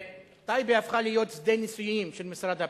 טייבה הפכה להיות שדה ניסויים של משרד הפנים.